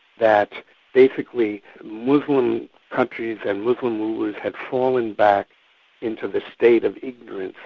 that basically muslim countries and muslim rulers had fallen back into the state of ignorance,